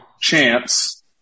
chance